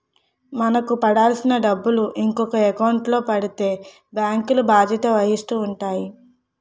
మనకు పడాల్సిన డబ్బులు ఇంకొక ఎకౌంట్లో పడిపోతే బ్యాంకులు బాధ్యత వహిస్తూ ఉంటాయి